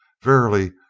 verily,